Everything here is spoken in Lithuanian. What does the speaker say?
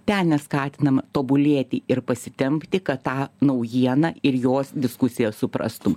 ten neskatinama tobulėti ir pasitempti kad tą naujieną ir jos diskusiją suprastum